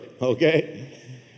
okay